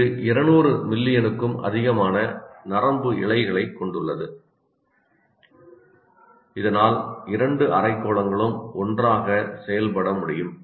இது 200 மில்லியனுக்கும் அதிகமான நரம்பு இழைகளைக் கொண்டுள்ளது இதனால் இரண்டு அரைக்கோளங்களும் ஒன்றாகச் செயல்பட முடியும்